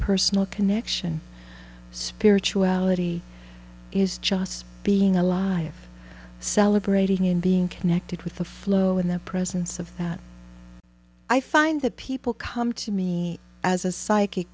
personal connection spirituality is just being alive celebrating in being connected with the flow in the presence of that i find that people come to me as a psychic